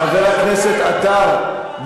חבר הכנסת עטר,